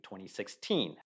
2016